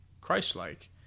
christ-like